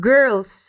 Girls